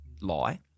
lie